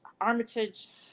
Armitage